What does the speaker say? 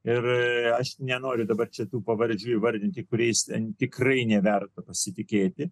ir aš nenoriu dabar čia tų pavardžių įvardyti kuriais ten tikrai neverta pasitikėti